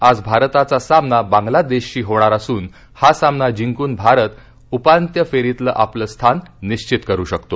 आज भारताचा सामना बांगलादध्यी होणार असून हा सामना जिंकून भारत उपान्त्य फ्रीतलं आपलं स्थान निश्वित करू शकतो